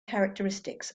characteristics